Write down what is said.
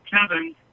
Kevin